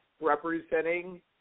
representing